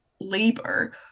labor